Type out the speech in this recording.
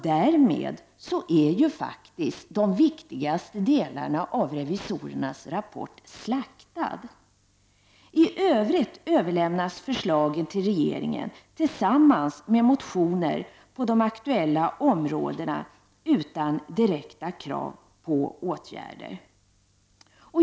Därmed är faktiskt de viktigaste delarna av revisorernas rapport slaktade. I övrigt överlämnas förslagen till regeringen tillsammans med motioner på de aktuella områdena, utan direkta krav på åtgärder.